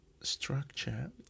structure